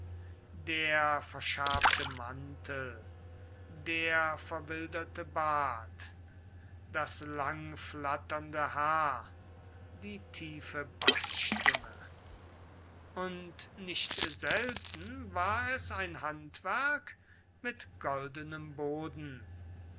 der verschabte mantel der verwilderte bart das langflatternde haar die tiefe baßstimme und nicht selten war es ein handwerk mit goldenem boden